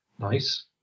Nice